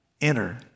enter